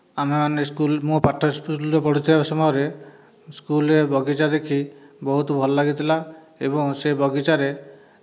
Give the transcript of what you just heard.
ଆମେମାନେ ସ୍କୁଲ ମୁଁ ପାଠ ସ୍କୁଲରେ ପଢ଼ୁଥିବା ସମୟରେ ସ୍କୁଲରେ ବଗିଚା ଦେଖି ବହୁତ ଭଲ ଲାଗିଥିଲା ଏବଂ ସେ ବଗିଚାରେ